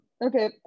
Okay